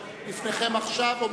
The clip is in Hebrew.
עכשיו להניח על השולחן,